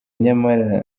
nyamara